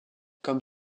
comme